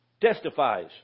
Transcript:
testifies